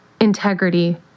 integrity